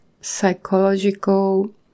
psychological